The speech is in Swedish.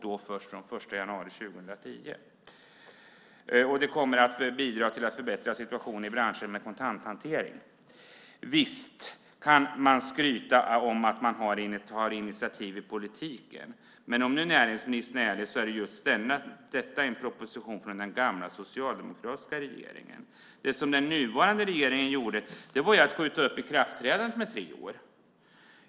Lagen införs först den 1 januari 2010. Detta kommer att bidra till att förbättra situationen i branscher med kontanthantering. Visst kan man skryta om att man tar initiativ i politiken. Men om nu näringsministern är ärlig måste hon medge att just detta är en proposition från den gamla socialdemokratiska regeringen. Det som den nuvarande regeringen gjorde var att skjuta upp ikraftträdandet med tre år.